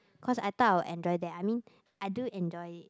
cause I thought I will enjoy that I mean I do enjoy it